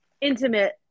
Intimate